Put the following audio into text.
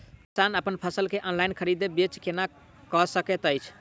किसान अप्पन फसल केँ ऑनलाइन खरीदै बेच केना कऽ सकैत अछि?